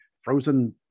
frozen